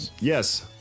Yes